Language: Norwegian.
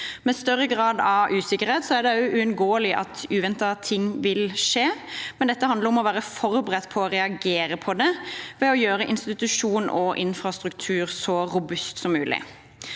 en større grad av usikkerhet er det også uunngåelig at uventede ting vil skje, men dette handler om å være forberedt på å reagere på det ved å gjøre institusjon og infrastruktur så robuste som mulig.